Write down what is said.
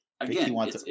again